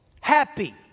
happy